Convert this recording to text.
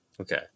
Okay